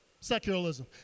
Secularism